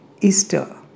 Easter